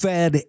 Fed